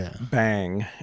bang